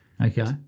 okay